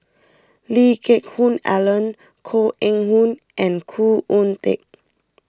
Lee Geck Hoon Ellen Koh Eng Hoon and Khoo Oon Teik